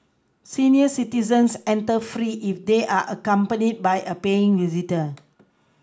senior citizens enter free if they are accompanied by a paying visitor